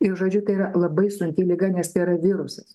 ir žodžiu tai yra labai sunki liga nes tai yra virusas